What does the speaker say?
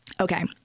Okay